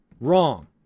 Wrong